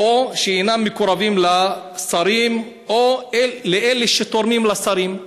או שאינם מקורבים לשרים או לאלה שתורמים לשרים?